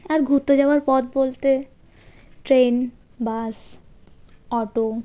আর ঘুরতে যাওয়ার পথ বলতে ট্রেন বাস অটো